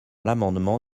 l’amendement